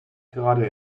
gerade